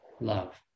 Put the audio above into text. love